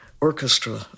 orchestra